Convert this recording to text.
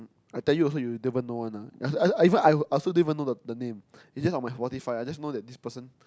I tell you also you will never know one lah I I even I also don't know the name it's just on my Spotify I just know that this person